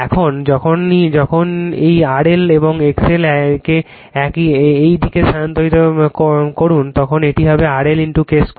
এবং যখন এই R L এবং X Lকে এই দিকে রূপান্তরিত করুন তখন এটি হবে R L K 2